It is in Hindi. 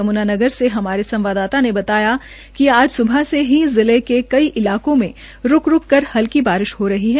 यमुनानगर से हमारे संवाददाता ने बताया कि आज सुबह से ही जिले के कई इलाकों में रूक रूक कर हल्की बारिश हो रही है